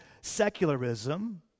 secularism